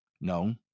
No